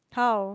how